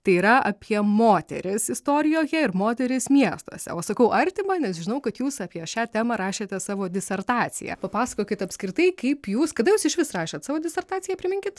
tai yra apie moteris istorijoje ir moteris miestuose o sakau artimą nes žinau kad jūs apie šią temą rašėte savo disertaciją papasakokit apskritai kaip jūs kada jūs išvis rašėt savo disertaciją priminkit